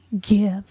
give